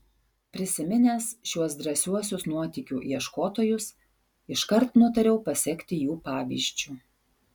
prisiminęs šiuos drąsiuosius nuotykių ieškotojus iškart nutariau pasekti jų pavyzdžiu